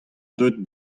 deuet